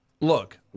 look